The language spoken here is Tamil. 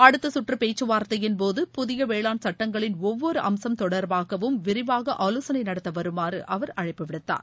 அடுத்தக்கற்று பேக்கவார்த்தையின்போது புதிய வேளாண் சுட்டங்களின் ஒவ்வொரு அம்சம் தொடர்பாகவும் விரிவாக ஆவோசனை நடத்த வருமாறு அவர் அழைப்பு விடுத்தார்